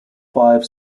five